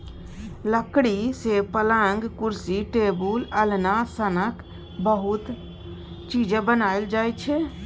लकड़ी सँ पलँग, कुरसी, टेबुल, अलना सनक बहुत चीज बनाएल जाइ छै